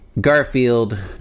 Garfield